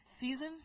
season